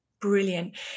brilliant